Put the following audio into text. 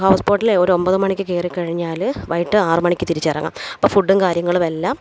house ബോട്ടിലെ ഒരൊമ്പത് മണിക്ക് കയറിക്കഴിഞ്ഞാല് വൈകിട്ട് ആറ് മണിക്ക് തിരിച്ചിറങ്ങാം അപ്പോള് ഫുഡും കാര്യങ്ങളുമെല്ലാം